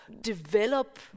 develop